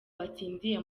watsindiye